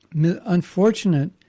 unfortunate